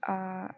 err